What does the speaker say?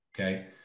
okay